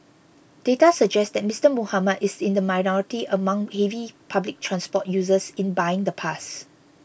data suggest that Mister Muhammad is in the minority among heavy public transport users in buying the pass